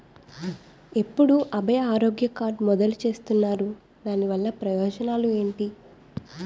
ఎప్పుడు అభయ ఆరోగ్య కార్డ్ మొదలు చేస్తున్నారు? దాని వల్ల ప్రయోజనాలు ఎంటి?